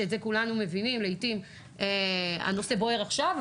כולנו מבינים שלעתים הנושא בוער עכשיו,